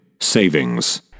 savings